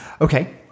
Okay